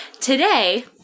Today